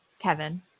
kevin